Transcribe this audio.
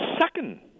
second